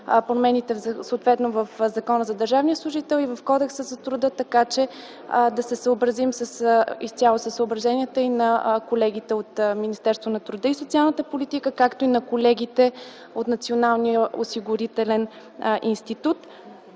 промените съответно в Закона за държавния служител и в Кодекса на труда, така че да се съобразим изцяло със съображенията и на колегите от Министерството на труда и социалната политика, както и на колегите от Националния осигурителен институт.